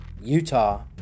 Utah